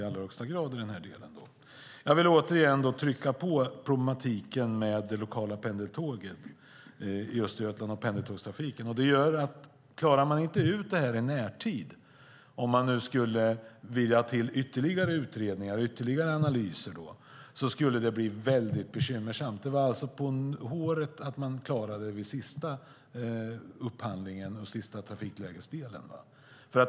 Jag vill återigen trycka på problematiken med den lokala pendeltågstrafiken i Östergötland. Om man inte klarar ut detta i närtid, om det ska till ytterligare utredningar och analyser, blir det väldigt bekymmersamt. Det var på håret att man klarade den sista upphandlingen och sista trafiklägesdelen.